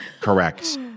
correct